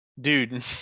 dude